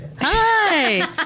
Hi